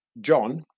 John